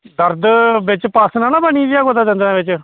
दर्द बिच्च पस नि ना बनी गेदी ऐ दंदें बिच्च